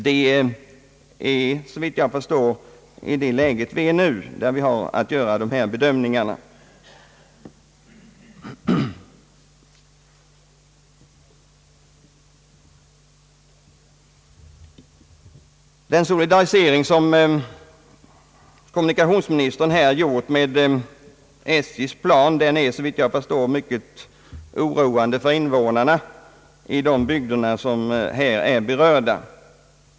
Det är såvitt jag förstår i det läge där vi nu befinner oss som dessa bedömningar bör göras. Att kommunikationsministern solidariserat sig med SJ:s plan är såvitt jag förstår mycket oroande för invånarna i de berörda bygderna.